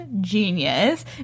genius